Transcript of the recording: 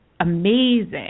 amazing